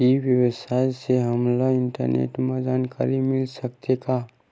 ई व्यवसाय से हमन ला इंटरनेट मा जानकारी मिल सकथे का?